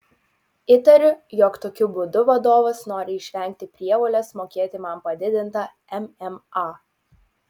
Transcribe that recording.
įtariu jog tokiu būdu vadovas nori išvengti prievolės mokėti man padidintą mma